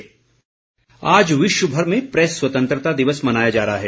press दिवस आज विश्वभर में प्रेस स्वतंत्रता दिवस मनाया जा रहा है